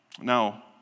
Now